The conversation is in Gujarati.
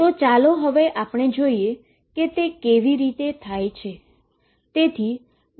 તો ચાલો જોઈએ કે તે કેવી રીતે થાય છે